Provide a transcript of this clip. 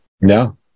No